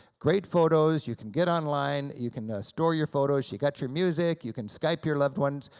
great photos, you can get online, you can store your photos, you got your music, you can skype your loved ones,